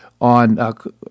on